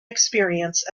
experience